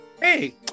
Hey